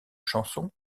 chansons